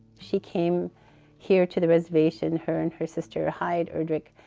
she came here to the reservation, her and her sister, heid erdrich,